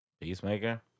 Peacemaker